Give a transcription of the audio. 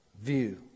view